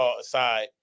aside